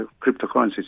cryptocurrencies